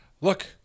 look